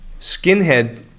skinhead